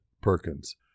Perkins